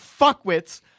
fuckwits